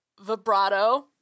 vibrato